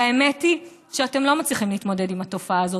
האמת היא שאתם לא מצליחים להתמודד עם התופעה הזאת,